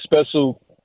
special